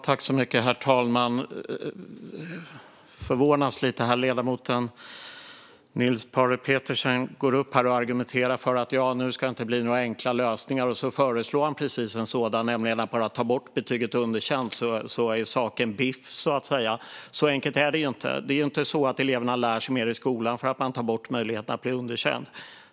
Herr talman! Niels Paarup-Petersen går upp i talarstolen och argumenterar för att det inte finns några enkla lösningar - och sedan föreslår han precis en sådan: att helt enkelt ta bort betyget underkänt. Då är saken biff, så att säga. Så enkelt är det inte. Det är inte så att eleverna lär sig mer i skolan för att man tar bort möjligheten att bli underkänd.